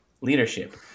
leadership